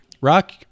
Rock